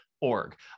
Org